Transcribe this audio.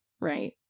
Right